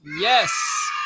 Yes